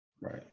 Right